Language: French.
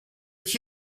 qui